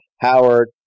Howard